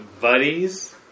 buddies